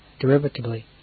derivatively